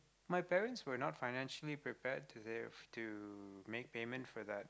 my parents were not financially prepared to they've to make payment for that